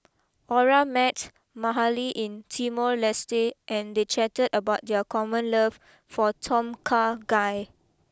Ora met Mahalie in Timor Leste and they chatted about their common love for Tom Kha Gai